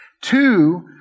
Two